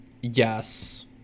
Yes